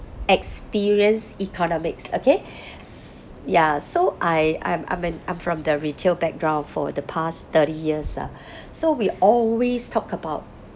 experience economics okay s~ ya so I I'm I'm in I'm from the retail background for the past thirty years ah so we always talk about